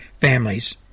families